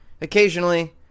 Occasionally